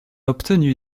obtenu